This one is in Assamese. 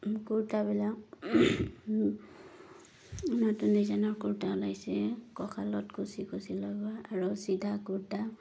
কুৰ্তাবিলাক নতুন ডিজাইনৰ কুৰ্তা ওলাইছে কঁকালত কুছি কুছি লগা আৰু চিধা কুৰ্তা